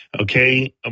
okay